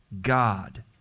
God